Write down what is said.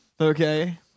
Okay